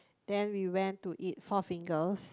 then we went to eat Four-Fingers